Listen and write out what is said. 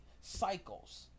cycles